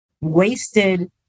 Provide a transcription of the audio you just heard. wasted